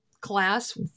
class